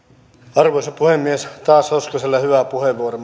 arvoisa puhemies taas oli hoskosella hyvä puheenvuoro